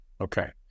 Okay